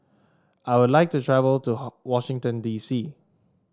I would like to travel to Washington D C